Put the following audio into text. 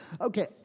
Okay